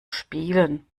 spielen